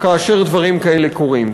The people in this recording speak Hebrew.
כאשר דברים כאלה קורים.